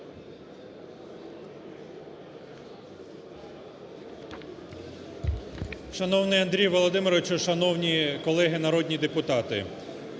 Шановний Андрій Володимирович! Шановні колеги народні депутати!